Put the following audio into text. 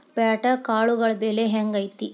ಪ್ಯಾಟ್ಯಾಗ್ ಕಾಳುಗಳ ಬೆಲೆ ಹೆಂಗ್ ಐತಿ?